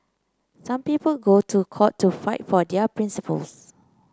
some people go to court to fight for their principles